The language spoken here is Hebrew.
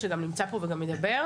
שגם נמצא פה וגם ידבר,